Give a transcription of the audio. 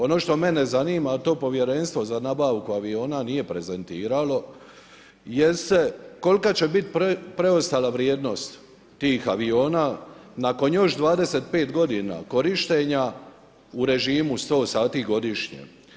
Ono što mene zanima je to povjerenstvo za nabavku aviona nije prezentiralo jeste kolika će biti preostala vrijednost tih aviona nakon još 25 godina korištenja u režimu 100 sati godišnje?